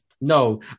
No